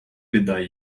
біда